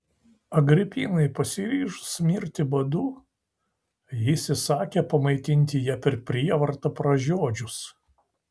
agripinai pasiryžus mirti badu jis įsakė pamaitinti ją per prievartą pražiodžius